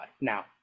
Now